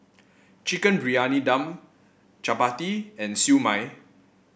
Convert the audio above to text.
Chicken Briyani Dum chappati and Siew Mai